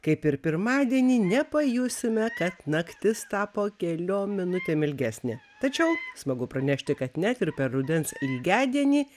kaip ir pirmadienį nepajusime kad naktis tapo keliom minutėm ilgesnė tačiau smagu pranešti kad net ir per rudens lygiadienį